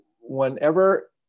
whenever